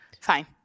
Fine